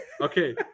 Okay